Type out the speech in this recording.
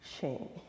shame